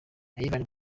yvan